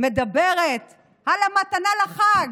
מדברת על המתנה לחג,